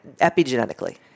epigenetically